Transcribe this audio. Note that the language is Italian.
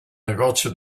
negozio